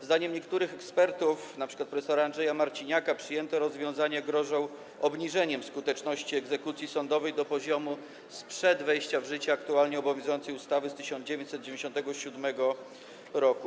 Zdaniem niektórych ekspertów, np. prof. Andrzeja Marciniaka, przyjęte rozwiązania grożą obniżeniem skuteczności egzekucji sądowej do poziomu sprzed wejścia w życie aktualnie obowiązującej ustawy z 1997 r.